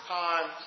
time